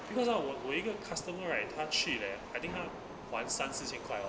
because hor 我我一个 customer right 他去 leh I think 他花三四千块 hor